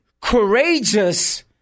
courageous